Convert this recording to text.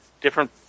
different